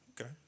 Okay